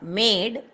made